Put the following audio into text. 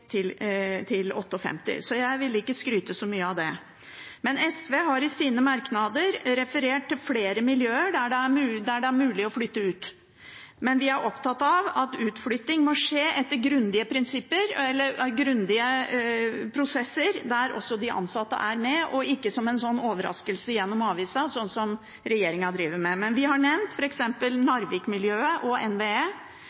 arbeidsplasser – så jeg ville ikke skryte så mye av det. SV har i sine merknader referert til flere miljøer der det er mulig å flytte ut, men vi er opptatt av at utflytting må skje etter grundige prosesser der også de ansatte er med, og ikke som en overraskelse i avisen, slik som regjeringen driver med. Vi har f.eks. nevnt Narvik-miljøet og NVE, vi har nevnt